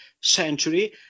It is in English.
century